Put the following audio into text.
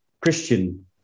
Christian